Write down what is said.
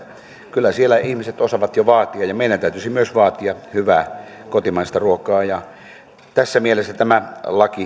kyllä ihmiset osaavat jo vaatia ja myös meidän täytyisi vaatia hyvää kotimaista ruokaa tässä mielessä tämä